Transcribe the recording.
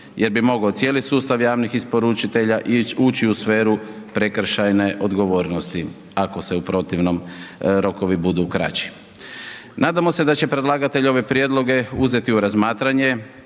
jer bi mogao cijeli sustav javnih isporučitelja ući u sferu prekršajne odgovornosti ako se u protivnom rokovi budu kraći. Nadamo se da će predlagatelj ove prijedloge uzeti u razmatranje